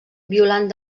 violant